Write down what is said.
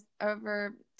over